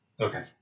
okay